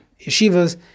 yeshivas